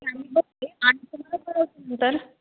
ते आम्ही बघते आणि तुम्हाला कळवते नंतर